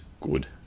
good